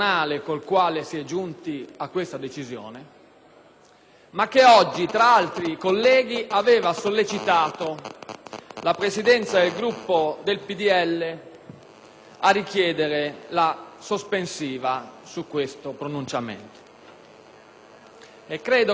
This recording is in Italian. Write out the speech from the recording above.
ma che oggi, tra altri colleghi, aveva sollecitato la Presidenza del Gruppo del Popolo della Libertà a richiedere la sospensiva su questo pronunciamento.